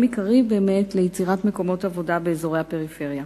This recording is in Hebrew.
עיקרי ליצירת מקומות עבודה באזורי הפריפריה.